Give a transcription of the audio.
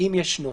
אם ישנו."